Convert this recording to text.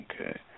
Okay